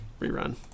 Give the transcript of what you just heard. Rerun